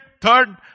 third